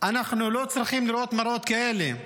ואנחנו לא צריכים לראות מראות כאלה.